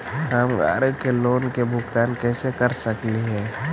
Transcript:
हम गाड़ी के लोन के भुगतान कैसे कर सकली हे?